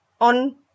on